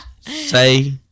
Say